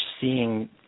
seeing